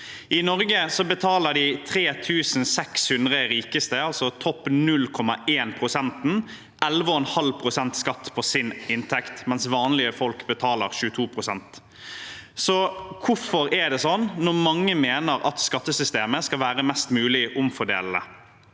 I Norge betaler de 3 600 rikeste, altså topp 0,1 pst., 11,5 pst skatt på sin inntekt, mens vanlige folk betaler 22 pst. Hvorfor er det sånn når mange mener at skattesystemet skal være mest mulig omfordelende?